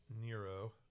Nero